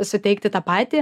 suteikti tą patį